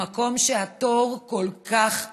למקום שהתור בו כל כך עמוס.